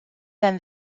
than